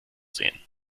sehen